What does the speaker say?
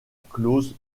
clause